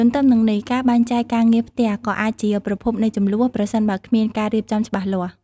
ទទ្ទឹមនឹងនេះ ការបែងចែកការងារផ្ទះក៏អាចជាប្រភពនៃជម្លោះ ប្រសិនបើគ្មានការរៀបចំច្បាស់លាស់។